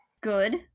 Good